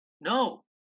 no